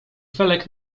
felek